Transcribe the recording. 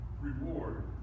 reward